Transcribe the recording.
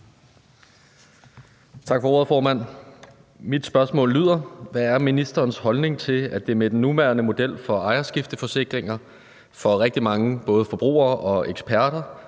Agersnap (SF): Hvad er ministerens holdning til, at det med den nuværende model for ejerskifteforsikringer for rigtig mange forbrugere samt eksperter